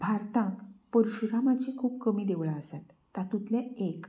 भारताक पर्शुरामाचीं खूब कमी देवळां आसात तातुंतलें एक